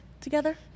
together